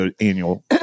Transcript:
annual